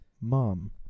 Mom